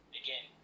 again